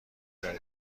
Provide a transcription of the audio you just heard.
جای